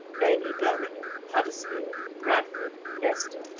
namely, birmingham, huddersfield, bradford, leicester,